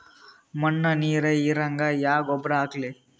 ಮಣ್ಣ ನೀರ ಹೀರಂಗ ಯಾ ಗೊಬ್ಬರ ಹಾಕ್ಲಿ?